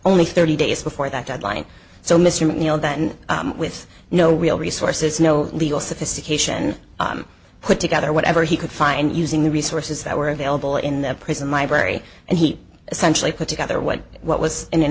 only thirty days before that deadline so mr mcneil that with no real resources no legal sophistication i put together whatever he could find using the resources that were available in the prison library and he essentially put together what what was in a